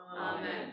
Amen